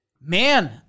man